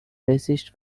racist